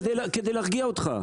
כדי להרגיע אותך.